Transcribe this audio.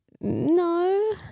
No